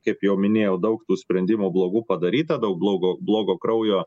kaip jau minėjau daug tų sprendimų blogų padaryta daug blogo blogo kraujo